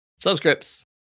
Subscripts